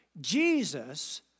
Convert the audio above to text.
Jesus